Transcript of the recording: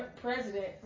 president